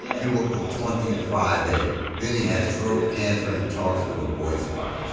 yeah cubicle twenty five a. vinny has throat cancer and talks with a voice box.